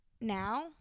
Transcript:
now